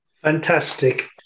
Fantastic